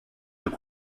just